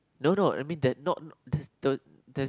no no I mean that not the there's